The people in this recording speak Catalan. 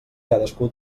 cadascú